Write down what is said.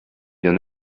bien